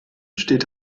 steht